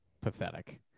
pathetic